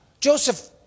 Joseph